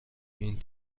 این